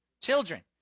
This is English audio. Children